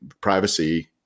privacy